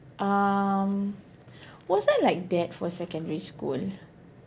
um was I like that for secondary school